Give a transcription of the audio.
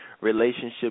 relationship